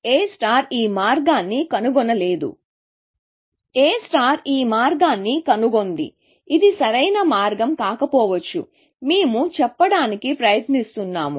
A ఈ మార్గాన్ని కనుగొనలేదు A ఈ మార్గాన్ని కనుగొంది ఇది సరైన మార్గం కాకపోవచ్చు మేము చెప్పడానికి ప్రయత్నిస్తున్నాము